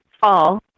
fall